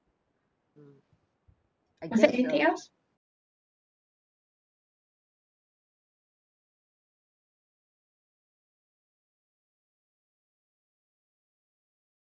is there anything else